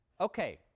Okay